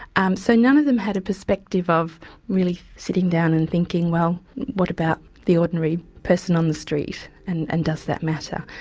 um so none of them had a perspective of really sitting down and thinking well what about the ordinary person on the street, and and does that matter?